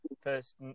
first